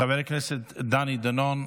חבר הכנסת דני דנון,